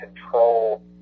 control